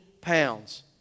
pounds